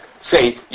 say